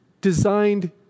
designed